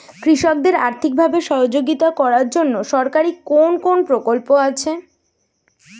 কৃষকদের আর্থিকভাবে সহযোগিতা করার জন্য সরকারি কোন কোন প্রকল্প আছে?